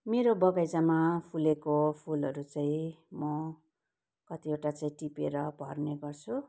मेरो बगैँचामा फुलेको फुलहरू चाहिँ म कतिवटा चाहिँ टिपेर भर्ने गर्छु